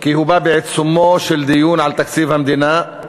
בעיצומו של תקציב המדינה,